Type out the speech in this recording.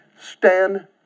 Stand